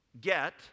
get